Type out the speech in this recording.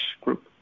group